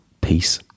peace